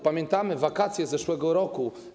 Pamiętamy wakacje zeszłego roku.